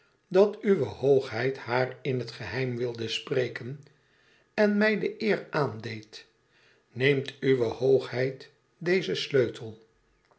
dat uwe hoogheid haar in het geheim wilde spreken en mij de eer aandeed neemt uwe hoogheid dezen sleutel